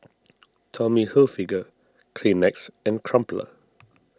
Tommy Hilfiger Kleenex and Crumpler